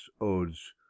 Odes